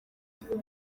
ngo